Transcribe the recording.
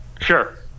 Sure